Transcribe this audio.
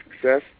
success